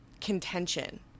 contention